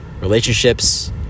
relationships